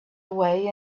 away